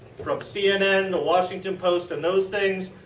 from cnn to washington post, and those things.